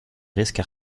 risque